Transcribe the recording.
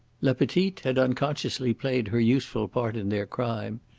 la petite had unconsciously played her useful part in their crime.